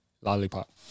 Lollipop